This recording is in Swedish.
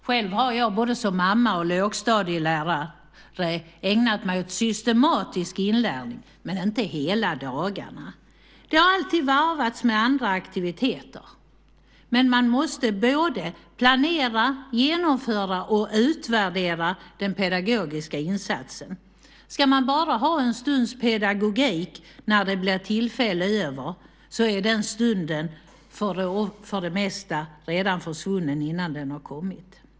Själv har jag både som mamma och som lågstadielärare ägnat mig åt systematisk inlärning, men inte hela dagarna. Det har alltid varvats med andra aktiviteter. Men man måste planera, genomföra och utvärdera den pedagogiska insatsen. Ska man bara ha en stunds pedagogik när det blir tillfälle över är den stunden för det mesta redan försvunnen innan den kommit.